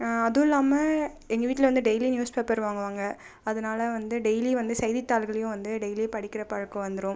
அதுவும் இல்லாமல் எங்கள் வீட்டில் வந்து டெய்லி நியூஸ்பேப்பர் வாங்குவாங்க அதனால் வந்து டெய்லி வந்து செய்தித்தாள்களையும் வந்து டெய்லி படிக்கிற பழக்கம் வந்துடும்